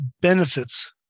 benefits